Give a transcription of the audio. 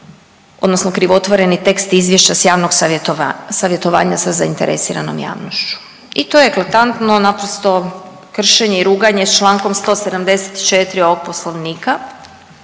odnosno krivotvoreni tekst izvješća sa javnog savjetovanja sa zainteresiranom javnošću i to je eklatantno naprosto kršenje i ruganje sa člankom 174. ovog Poslovnika.